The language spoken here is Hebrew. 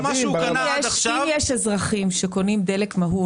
למשל אם יש אזרחים שקונים דלק מהול